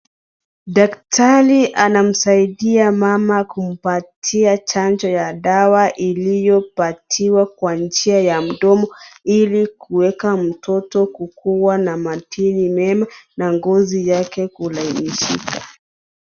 Daktari anamsaidia mama kumpatia chanjo ya dawa iliyo patiwa kwa njia ya mdomo ili kuweka mtoto kukuwa na madini mema na ngozi yake kulainishika.